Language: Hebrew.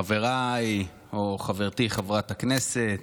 חבריי, או חברתי חברת הכנסת,